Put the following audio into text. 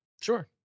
Sure